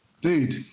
Dude